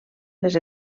les